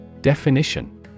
Definition